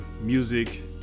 music